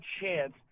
chance